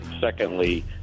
secondly